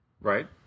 Right